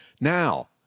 Now